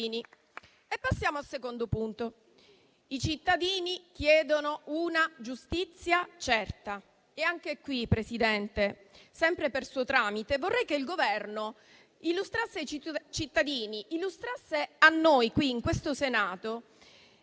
Passiamo al secondo punto. I cittadini chiedono una giustizia certa. Anche qui, Presidente, sempre per suo tramite, vorrei che il Governo illustrasse ai cittadini e a noi in questo Senato